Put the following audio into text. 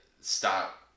stop